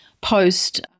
post